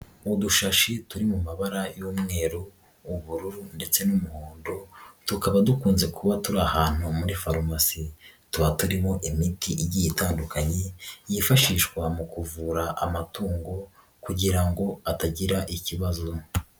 Udushashi turi mu mabara y'umweru, ubururu ndetse n'umuhondo, tukaba dukunze kuba turi ahantu muri farumasi, tuba turimo imiti igiye itandukanye, yifashishwa mu kuvura amatungo kugira ngo atagira ikibazo.